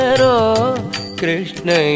Krishna